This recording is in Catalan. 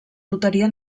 loteria